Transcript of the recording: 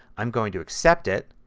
i'm going to accept it